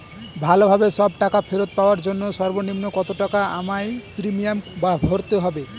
ভালোভাবে সব টাকা ফেরত পাওয়ার জন্য সর্বনিম্ন কতটাকা আমায় প্রিমিয়াম ভরতে হবে?